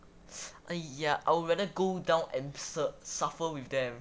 !aiya! I would rather go down and suffer with them